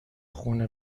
خونه